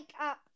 up